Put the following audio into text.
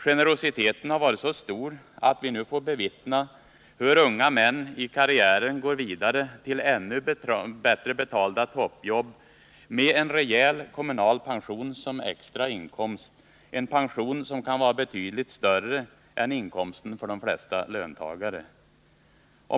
Generositeten har varit så stor att vi nu får bevittna hur unga män i karriären går vidare till ännu bättre betalda toppjobb med en rejäl kommunal pension som extra inkomst, en pension som kan vara betydligt större än inkomsten för de flesta löntagare.